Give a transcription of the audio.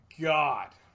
God